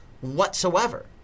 whatsoever